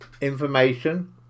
information